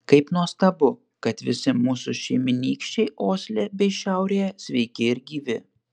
kaip nuostabu kad visi mūsų šeimynykščiai osle bei šiaurėje sveiki ir gyvi